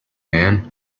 man